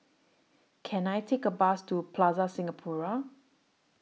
Can I Take A Bus to Plaza Singapura